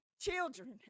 children